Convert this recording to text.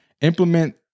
implement